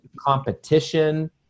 competition